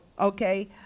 okay